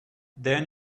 then